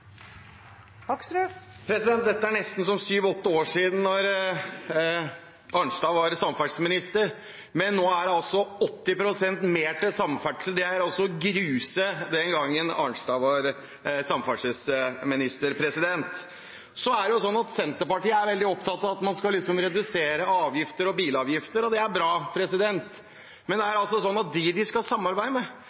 Dette er nesten som for syv–åtte år siden, da Arnstad var samferdselsminister, men nå er det altså 80 pst. mer til samferdsel. Det er altså å gruse den gangen Arstad var samferdselsminister! Senterpartiet er veldig opptatt av at man skal redusere avgifter og bilavgifter, og det er bra, men det er altså slik at dem de skal samarbeide med,